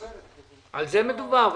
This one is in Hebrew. כן, על זה מדובר.